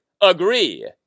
Agree